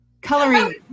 Coloring